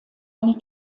eine